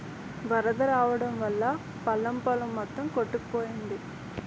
వరదొచ్చెయడం వల్లా పల్లం పొలం మొత్తం కొట్టుకుపోయింది